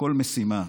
כל משימה.